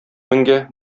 меңгә